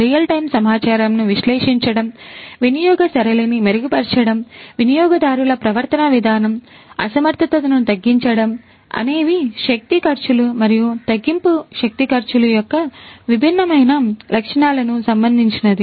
real time సమాచారంను విశ్లేషించడం వినియోగ సరళిని మెరుగుపరచడం వినియోగదారుల ప్రవర్తనా విధానం అసమర్థతను తగ్గించడం అనేవి శక్తి ఖర్చులు మరియు తగ్గింపు శక్తి ఖర్చులు యొక్క భిన్నమైన లక్షణాలకు సంబంధించినది